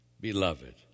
Beloved